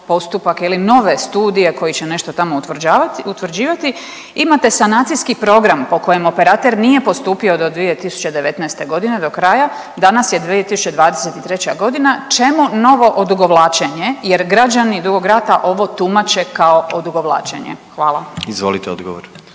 postupak je li nove studije koji će nešto tamo utvrđavat, utvrđivati. Imate sanacijski program po kojem operater nije postupio do 2019.g. do kraja, danas je 2023.g., čemu novo odugovlačenje jer građani Dugog Rata ovo tumače kao odugovlačenje, hvala. **Jandroković,